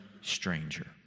stranger